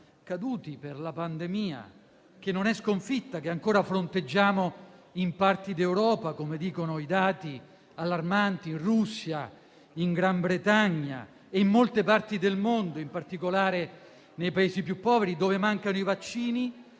caduti per la pandemia, che non è sconfitta e ancora fronteggiamo in parti d'Europa, come dicono i dati allarmanti in Russia, nel Regno Unito di Gran Bretagna e in molte parti del mondo, in particolare i Paesi più poveri, dove mancano i vaccini,